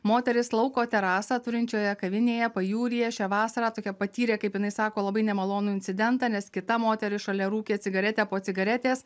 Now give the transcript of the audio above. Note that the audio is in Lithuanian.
moteris lauko terasą turinčioje kavinėje pajūryje šią vasarą tokią patyrė kaip jinai sako labai nemalonų incidentą nes kita moteris šalia rūkė cigaretę po cigaretės